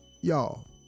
Y'all